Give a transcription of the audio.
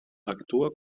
actua